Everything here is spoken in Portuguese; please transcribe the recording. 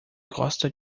gosta